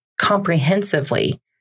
comprehensively